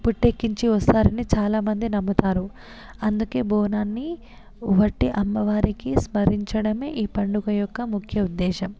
పుట్టెక్కించి వస్తారని చాలామంది నమ్ముతారు అందుకే బోనాన్ని వట్టి అమ్మవారికి స్మరించడమే ఈ పండుగ యొక్క ముఖ్య ఉద్దేశం